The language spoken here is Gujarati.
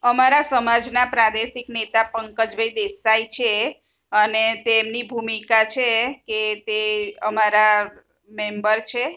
અમારા સમાજના પ્રાદેશિક નેતા પંકજભાઈ દેસાઈ છે અને તેમની ભૂમિકા છે એતે અમારા મેમ્બર છે